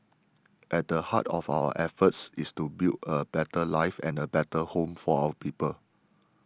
at the heart of our efforts is to build a better life and a better home for our people